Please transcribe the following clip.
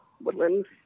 woodlands